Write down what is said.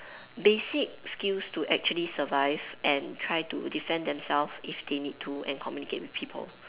basic skills to actually survive and try to defend themselves if they need to and communicate with people